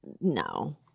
no